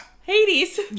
Hades